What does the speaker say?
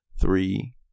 Three